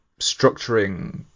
structuring